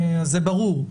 זה ברור,